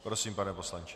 Prosím, pane poslanče.